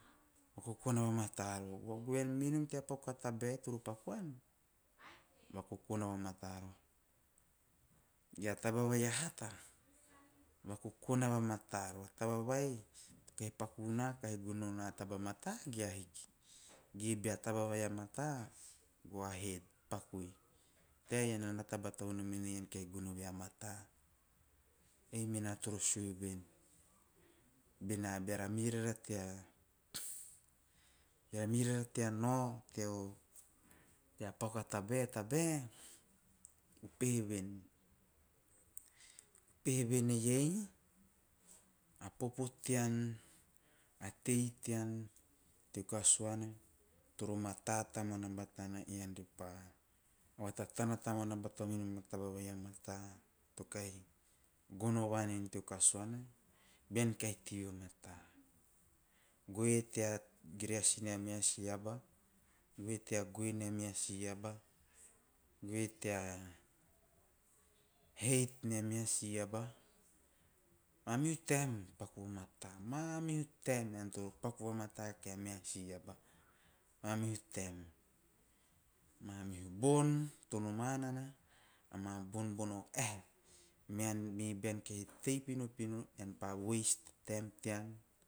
An vakokona vamata roho bea taba vai o hata vakokona vamata roho taba vai to kaho paku na kahe gonou na taba vai a mata ge a hiki. Ge bea taba vai a mata go ahead pakui pakiu te iana nata batanom ean kahi gono ve a mata. Me ena toro sue ven beara mei rara tea nao tea paku a tabae- tabae upehe ve - upehe vene iei a popo tean, a tei tean teo kasuana too mata tamuanana batana ean re pa vatatana tamuana bata minom a taba vai a mata to kahi gono van en teo kasuana bean kahi tei goe tea reasi nea meha si aba, goe tea goe nea meha si aba, goe tea hate nea meha si aba, mamihu taem paku vamata, mamihu taem paku vamata kia meha si aba, mamihu taem, mamihu bon to noma nana ama bon bona ahe me bean tei pinopino ean ne pa 'waste' a taem tean